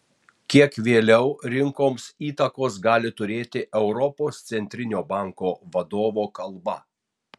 kiek vėliau rinkoms įtakos gali turėti europos centrinio banko vadovo kalba